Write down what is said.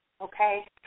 Okay